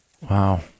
Wow